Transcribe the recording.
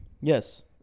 Yes